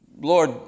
Lord